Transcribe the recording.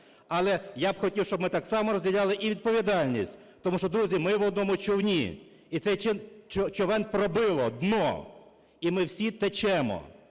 Але я б хотів, щоб ми так само розділяли і відповідальність, тому що, друзі, ми в одному човні, і цей човен пробив дно, і ми всі течемо.